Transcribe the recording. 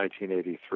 1983